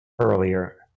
earlier